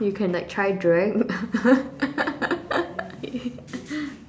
you can like try drag ya